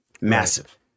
massive